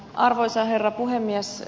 arvoisa herra puhemies